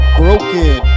broken